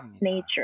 nature